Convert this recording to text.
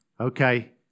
Okay